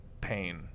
pain